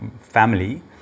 family